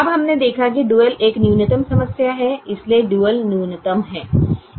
अब हमने देखा कि डुअल एक न्यूनतम समस्या है इसलिए डुअल न्यूनतम है